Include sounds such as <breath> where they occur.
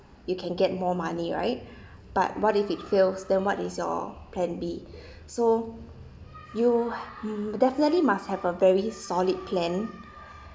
you can get more money right but <breath> what if it fails then what is your plan B <breath> so you <breath> you definitely must have a very solid plan